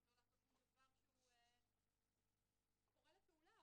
לא לעשות שום דבר שקורא לפעולה,